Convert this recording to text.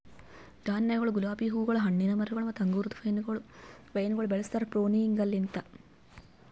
ಧಾನ್ಯಗೊಳ್, ಗುಲಾಬಿ ಹೂಗೊಳ್, ಹಣ್ಣಿನ ಮರಗೊಳ್ ಮತ್ತ ಅಂಗುರದ ವೈನಗೊಳ್ ಬೆಳುಸ್ತಾರ್ ಪ್ರೂನಿಂಗಲಿಂತ್